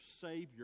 Savior